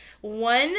one